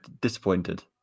disappointed